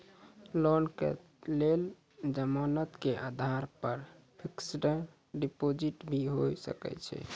Loan के लेल जमानत के आधार पर फिक्स्ड डिपोजिट भी होय सके छै?